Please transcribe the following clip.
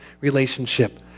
relationship